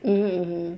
um